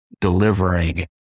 delivering